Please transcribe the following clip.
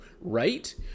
right